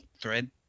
thread